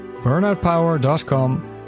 burnoutpower.com